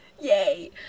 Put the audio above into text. Yay